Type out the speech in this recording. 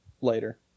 later